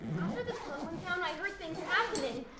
after the sun went down i heard things happening,